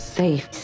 safe